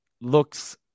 looks